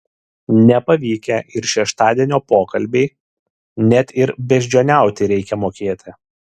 nepavykę ir šeštadienio pokalbiai net ir beždžioniauti reikia mokėti